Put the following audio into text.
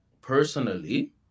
personally